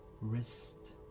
wrist